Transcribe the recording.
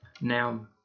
Now